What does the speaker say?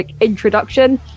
introduction